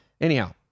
Anyhow